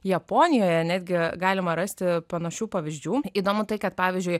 japonijoje netgi galima rasti panašių pavyzdžių įdomu tai kad pavyzdžiui